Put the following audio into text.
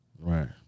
Right